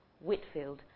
Whitfield